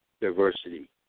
diversity